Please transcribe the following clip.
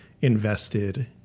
invested